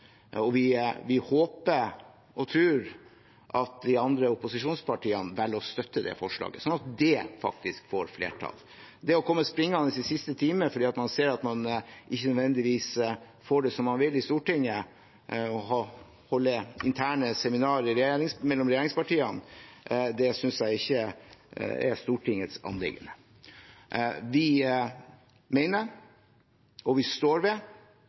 Vi håper og tror at de andre opposisjonspartiene velger å støtte det forslaget sånn at det faktisk får flertall. Det å komme springende i siste time fordi man ser at man ikke nødvendigvis får det som man vil i Stortinget, og holde interne seminar mellom regjeringspartiene, synes jeg ikke er Stortingets anliggende. Vi mener og står ved